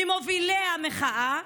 ממובילי המחאה,